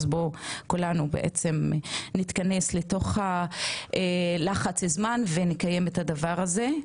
אז בואו כולנו בעצם נתכנס לתוך לחץ הזמן ונקיים את הדבר הזה.